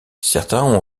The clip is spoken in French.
certains